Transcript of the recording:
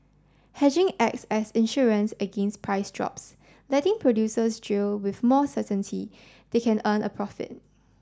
hedging acts as insurance against price drops letting producers drill with more certainty they can earn a profit